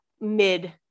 mid